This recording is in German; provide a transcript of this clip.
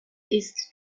ist